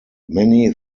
many